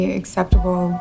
acceptable